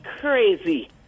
crazy